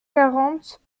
quarante